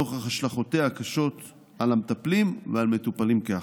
נוכח השלכותיה הקשות על המטפלים ועל המטופלים כאחד.